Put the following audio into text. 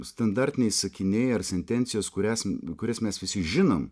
standartiniai sakiniai ar sentencijos kurias kurias mes visi žinom